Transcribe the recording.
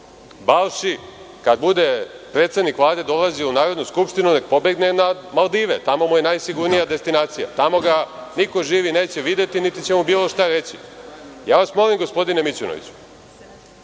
Balši, kada bude predsednik Vlade dolazio u Narodnu skupštinu, neka pobegne na Maldive, tamo mu je najsigurnija destinacija. Tamo ga niko živi neće videti, niti će mu bilo šta reći. Ja vas molim gospodine Mićunoviću,